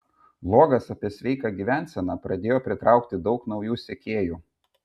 vlogas apie sveiką gyvenseną pradėjo pritraukti daug naujų sekėjų